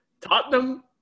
Tottenham